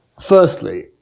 Firstly